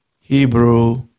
hebrew